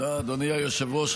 אדוני היושב-ראש.